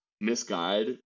misguide